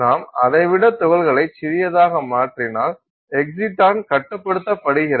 நாம் அதை விட துகள்களை சிறியதாக மாற்றினால் எக்ஸிடான் கட்டுப்படுத்தப்படுகிறது